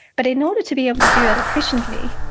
but in order to be able to do that efficiently,